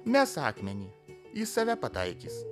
mes akmenį į save pataikys